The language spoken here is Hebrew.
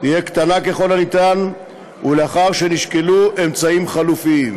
תהיה קטנה ככל הניתן ולאחר שנשקלו אמצעים חלופיים.